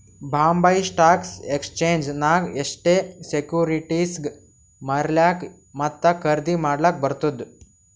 Bombay stock exchange ನಾಗ್ ಅಷ್ಟೇ ಸೆಕ್ಯೂರಿಟಿಸ್ಗ್ ಮಾರ್ಲಾಕ್ ಮತ್ತ ಖರ್ದಿ ಮಾಡ್ಲಕ್ ಬರ್ತುದ್